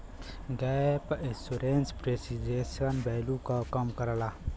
gap insurance depreciation value क कम करला